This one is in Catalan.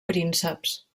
prínceps